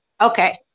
Okay